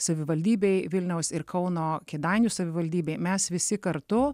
savivaldybei vilniaus ir kauno kėdainių savivaldybei mes visi kartu